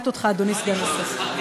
סגן השר.